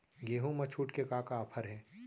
गेहूँ मा छूट के का का ऑफ़र हे?